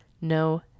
No